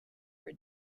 were